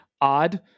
odd